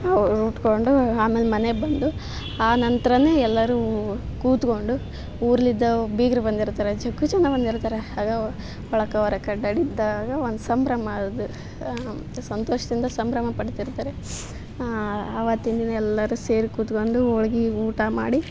ಉಟ್ಟುಕೊಂಡು ಆಮೇಲೆ ಮನೆಗೆ ಬಂದು ಆನಂತ್ರನೇ ಎಲ್ಲರೂ ಕೂತ್ಕೊಂಡು ಊರ್ಲಿಂದ ಬೀಗ್ರು ಬಂದಿರ್ತಾರೆ ಜಗ್ಗು ಜನ ಬಂದಿರ್ತಾರೆ ಆಗ ಒಳಕ್ಕೆ ಹೊರಕ್ಕ ಅಡ್ಡಾಡಿದಾಗ ಒಂದು ಸಂಭ್ರಮ ಅದು ಸಂತೋಷದಿಂದ ಸಂಭ್ರಮ ಪಡ್ತಿರ್ತಾರೆ ಅವತ್ತಿನ ದಿನ ಎಲ್ಲರೂ ಸೇರಿ ಕುತ್ಕೊಂಡು ಹೋಳ್ಗಿ ಊಟ ಮಾಡಿ